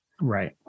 Right